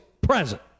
present